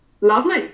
Lovely